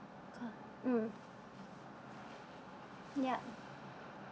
mm yup